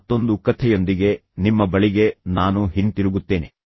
ಮತ್ತೊಂದು ಕಥೆಯೊಂದಿಗೆ ನಿಮ್ಮ ಬಳಿಗೆ ನಾನು ಹಿಂತಿರುಗುತ್ತೇನೆ